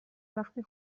وقتی